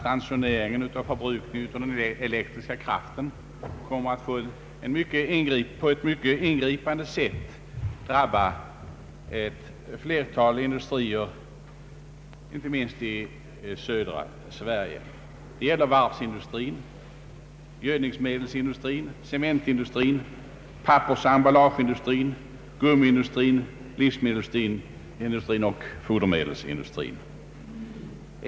Ransoneringen av förbrukningen av den elektriska kraften kommer att på ett mycket ingripande sätt drabba ett flertal industrier inte minst i södra Sverige. Det gäller varvsindustrin, göd livsmedelsindustrin och fodermedelsindustrin.